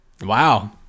Wow